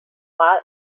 mal